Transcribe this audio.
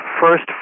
first